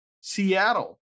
Seattle